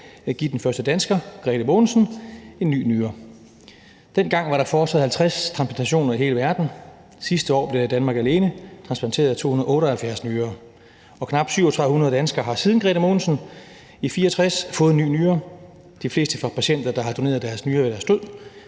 – som den første dansker. Dengang var der foretaget 50 transplantationer i hele verden. Sidste år blev der i Danmark alene transplanteret 278 nyrer. Og knap 3.700 danskere har siden Grethe Mogensen i 1964 fået en ny nyre; de fleste fra patienter, der har doneret deres nyre ved deres død,